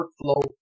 workflow